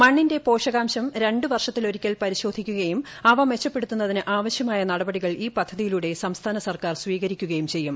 മണ്ണിന്റെ പോഷാകാംശം രണ്ട് വർഷത്തിലൊരിക്കൽ പരിശോധിക്കുകയും അവ മെച്ചപ്പെടുത്തുന്നതിന് ആവശ്യമായ നടപടികൾ ഈ പദ്ധതിയിലൂടെ സംസ്ഥാന സർക്കാർ സ്വീകരിക്കുകയും ചെയ്യും